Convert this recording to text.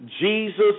Jesus